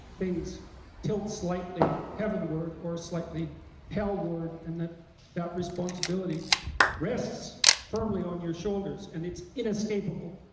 things tilt slightly heaven-ward or slightly hell-ward and that that responsibility rests firmly on your shoulders, and it's inescapable.